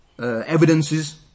evidences